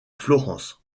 florence